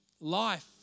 life